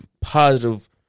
positive